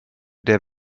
der